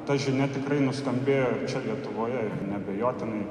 ta žinia tikrai nuskambėjo čia lietuvoje neabejotinai